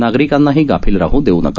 नागरिकांनाही गाफील राह देऊ नका